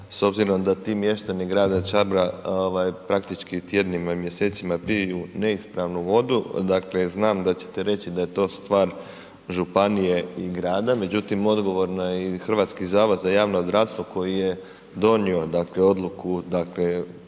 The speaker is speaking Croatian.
s obzirom da ti mještani grada Čabra ovaj praktički tjednima i mjesecima piju neispravnu vodu. Dakle, znam da ćete reći da je to stvar županije i grada, međutim odgovorna je i Hrvatski zavod za javno zdravstvo koji je donio dakle odluku dakle